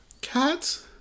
Cats